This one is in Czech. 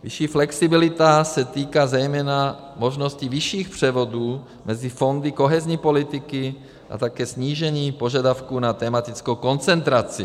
Vyšší flexibilita se týká zejména možnosti vyšších převodů mezi fondy kohezní politiky a také snížení požadavku na tematickou koncentraci.